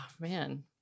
man